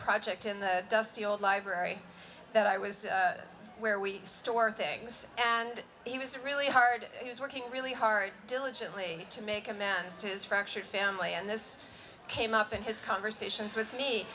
project in the dusty old library that i was where we store things and he was really hard he was working really hard diligently to make amends to his fractured family and this came up in his conversations with me